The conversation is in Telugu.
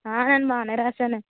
నేను బాగానే రాశానే